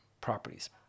properties